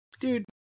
dude